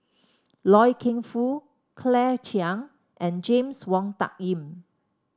Loy Keng Foo Claire Chiang and James Wong Tuck Yim